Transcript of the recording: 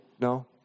No